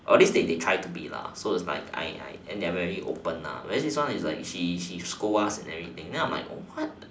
or at least they try to be so it's like I I and they're very open where as this one is she she like scold us and everything and I'm like what